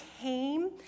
came